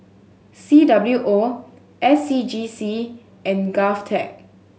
C W O S C G C and GovTech